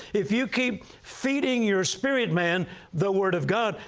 if you keep feeding your spirit man the word of god,